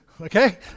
Okay